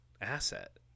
asset